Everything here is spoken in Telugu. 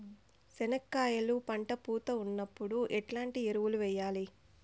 చెనక్కాయలు పంట పూత ఉన్నప్పుడు ఎట్లాంటి ఎరువులు వేయలి?